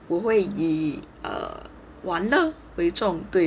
不会 err 玩乐为重对